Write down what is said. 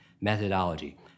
methodology